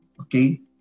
Okay